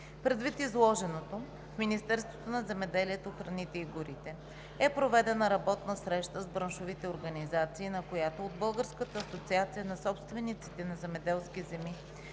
Предвид изложеното в Министерството на земеделието, храните и горите е проведена работна среща с браншовите организации, на която от Българската асоциация на собствениците на земеделски земи